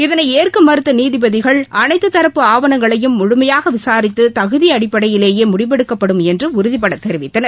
இதனை ஏற்க மறுத்த நீதிபதிகள் அனைத்து தரப்பு ஆவணங்களையும் முழுமையாக விசாரித்து தகுதி அடிப்படையிலேயே முடிவெடுக்கப்படும் என்று உறுதிபட தெரிவித்தனர்